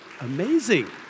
Amazing